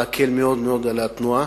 להקל מאוד מאוד את התנועה,